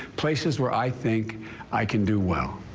places where i think i can do well.